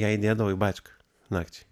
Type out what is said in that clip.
ją įdėdavo į bačką nakčiai